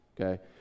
Okay